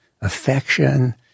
affection